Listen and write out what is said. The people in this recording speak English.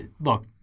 Look